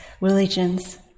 religions